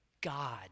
God